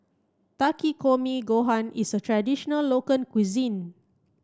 Takikomi Gohan is a traditional local cuisine